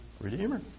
redeemer